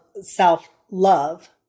self-love